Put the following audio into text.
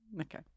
Okay